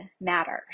matters